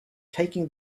taking